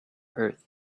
earth